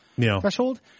threshold